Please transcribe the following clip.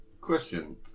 Question